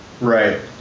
right